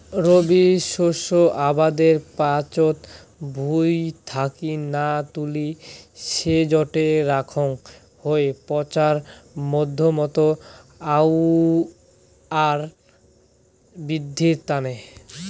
রবি শস্য আবাদের পাচত ভুঁই থাকি না তুলি সেজটো রাখাং হই পচার মাধ্যমত আউয়াল বিদ্ধির তানে